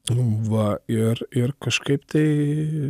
nu va ir ir kažkaip tai